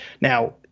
Now